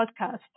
podcast